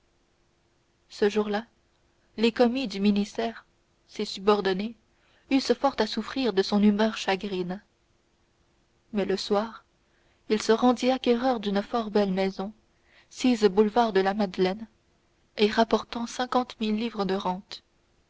ce jour-là les commis du ministère ses subordonnés eurent fort à souffrir de son humeur chagrine mais le soir il se rendit acquéreur d'une fort belle maison sise boulevard de la madeleine et rapportant cinquante mille livres de rente